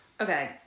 okay